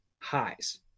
highs